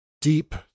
deep